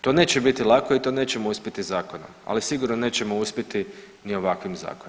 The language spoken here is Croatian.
To neće biti lako i to nećemo uspjeti zakonom, ali sigurno nećemo uspjeti ni ovakvim zakonima.